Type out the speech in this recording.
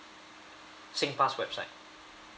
singpass website